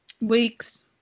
weeks